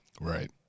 right